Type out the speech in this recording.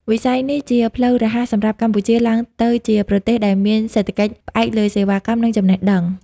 វិស័យនេះជាផ្លូវរហ័សសម្រាប់កម្ពុជា ឡើងទៅជាប្រទេសដែលមានសេដ្ឋកិច្ចផ្អែកលើសេវាកម្ម និងចំណេះដឹង។